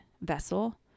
vessel